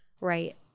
right